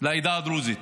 לעדה הדרוזית